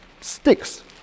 sticks